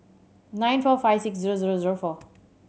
nine four five six zero zero zero four